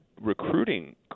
recruiting